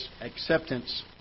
acceptance